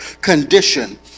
condition